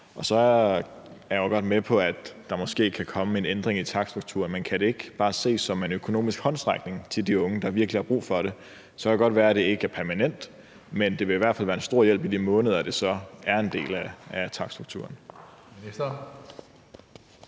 godt med på, at der måske kan komme en ændring i takststrukturerne, men kan det ikke bare ses som en økonomisk håndsrækning til de unge, der virkelig har brug for det? Så kan det godt være, at det ikke er permanent, men det vil i hvert fald være en stor om hjælp i de måneder, det så er en del af takststrukturen.